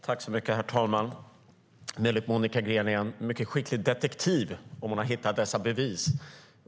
Herr talman! Monica Green är en mycket skicklig detektiv om hon har hittat dessa bevis.